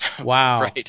Wow